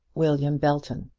william belton.